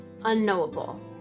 unknowable